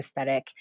aesthetic